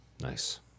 Nice